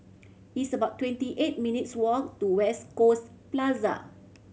it's about twenty eight minutes' walk to West Coast Plaza